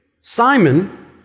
Simon